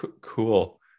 Cool